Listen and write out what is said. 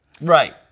Right